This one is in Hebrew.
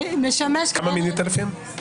כמה מינית לפיהן?